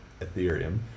Ethereum